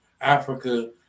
Africa